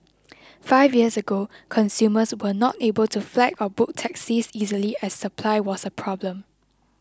five years ago consumers were not able to flag or book taxis easily as supply was a problem